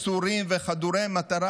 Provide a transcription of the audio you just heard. מסורים וחדורי מטרה,